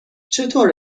چطور